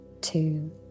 two